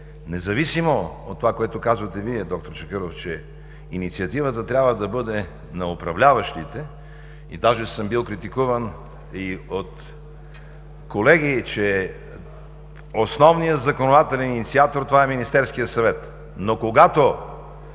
независимо от това, което казвате Вие, доктор Чакъров, че инициативата трябва да бъде на управляващите, даже съм бил критикуван и от колеги, че основният законодателен инициатор това е Министерският съвет,